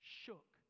shook